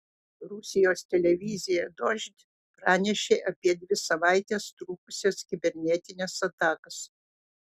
rusijos televizija dožd pranešė apie dvi savaites trukusias kibernetines atakas